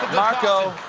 marco.